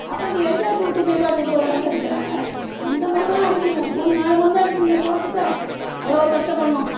அப்புறம் இந்த ஹெலிகாப்ட்ரு விட்டு கிலிகாப்ட்ரு விட்டு ஒரு மருந்து அடிக்கிறாங்க இந்த மருந்துலாம் அடிக்கணுங்க மூணு நாலு மருந்து அடிக்கணும் இந்த சோளத்துக்கே அவ்வளோ ஒரு கஷ்டப்பட்ணும்